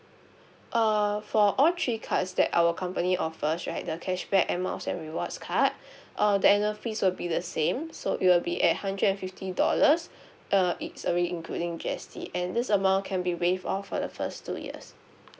uh for all three cards that our company offers right the cashback air miles and rewards card uh the annual fees will be the same so it'll be at hundred and fifty dollars uh it's already including G_S_T and this amount can be waived off for the first two years